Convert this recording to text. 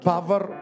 Power